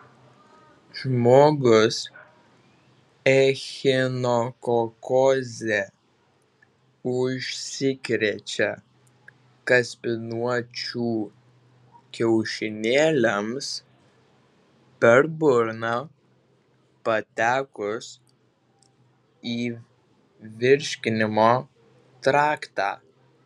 žmogus echinokokoze užsikrečia kaspinuočių kiaušinėliams per burną patekus į virškinimo traktą